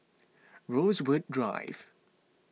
Rosewood Drive